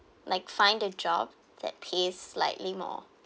like find a job that pays slightly more